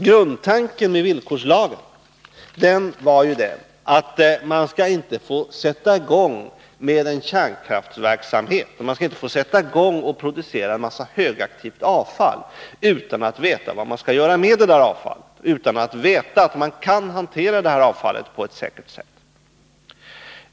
Grundtanken i villkorslagen var att man inte skall få sätta i gång en kärnkraftsverksamhet och börja producera en mängd högaktivt avfall utan att veta vad man skall göra med detta avfall och utan att veta att man kan hantera avfallet på ett säkert sätt.